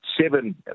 seven